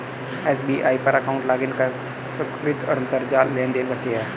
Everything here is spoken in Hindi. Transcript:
एस.बी.आई पर अकाउंट लॉगइन कर सुकृति अंतरजाल लेनदेन करती है